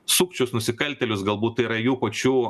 sukčius nusikaltėlius galbūt tai yra jų pačių